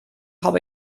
habe